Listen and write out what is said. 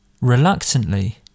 Reluctantly